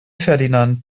ferdinand